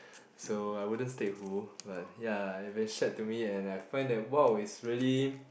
so I wouldn't state who but ya it been shared to me and I find that !wow! it's really